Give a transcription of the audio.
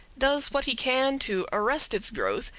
does what he can to arrest its growth,